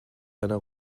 einer